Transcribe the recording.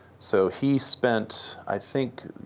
so he spent, i think,